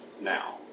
now